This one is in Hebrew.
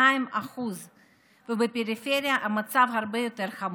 הוא 32%. בפריפריה המצב הרבה יותר חמור.